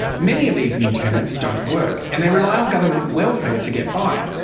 many of these new tenants don't work and they rely on government welfare to get by.